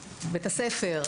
בית-הספר,